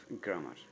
grammar